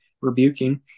rebuking